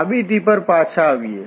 સાબિતી પર પાછા આવીએ